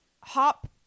Hop